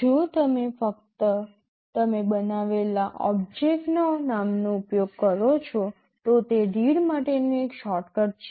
જો તમે ફક્ત તમે બનાવેલા ઓબ્જેક્ટના નામનો ઉપયોગ કરો છો તો તે રીડ માટેનું એક શોર્ટકટ છે